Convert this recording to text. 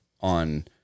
on